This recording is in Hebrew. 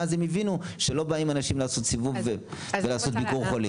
ואז הם יבינו שלא באים אנשים לסיבוב ולעשות ביקור חולים.